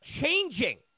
changing